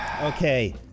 Okay